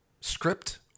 script